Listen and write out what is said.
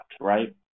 right